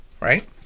right